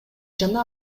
жана